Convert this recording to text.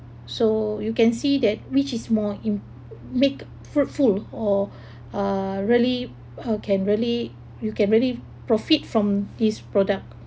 so you can see that which is more im~ make fruitful or uh really or can really you can really profit from this product